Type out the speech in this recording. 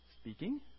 speaking